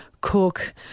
cook